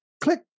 click